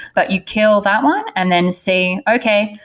but you kill that one and then saying, okay.